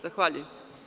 Zahvaljujem.